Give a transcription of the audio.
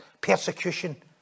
persecution